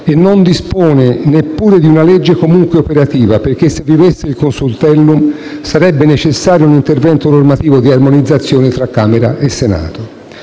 e non dispone neppure di una legge comunque operativa, perché se vivesse il Consultellum sarebbe necessario un intervento normativo di armonizzazione tra Camera e Senato.